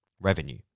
revenue